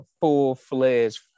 full-fledged